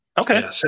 Okay